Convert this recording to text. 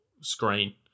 screen